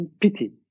pity